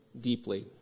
deeply